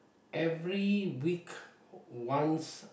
every week once